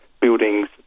buildings